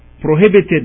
prohibited